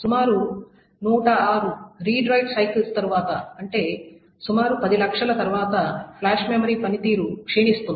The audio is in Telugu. సుమారు 106 రీడ్ రైట్ సైకిల్స్ తరువాత అంటే సుమారు 10 లక్షల తరువాత ఫ్లాష్ మెమరీ పనితీరు క్షీణిస్తుంది